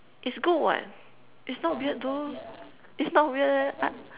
it's good what it's not weird though it's not weird I